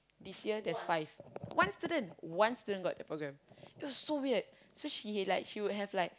this year there's five one student one student got the programme it was so weird so she like she would have like